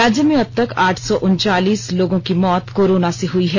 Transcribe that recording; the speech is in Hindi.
राज्य में अब तक आठ सौ उनचालीस लोगों की मौत कोरोना से हुई हैं